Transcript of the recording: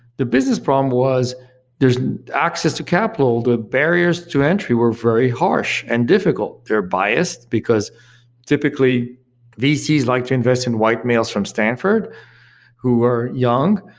the business problem was there's access to capital, the barriers to entry were very harsh and difficult. they're biased, because typically vcs like to invest in white males from stanford who are young.